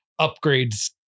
upgrades